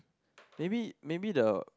maybe maybe the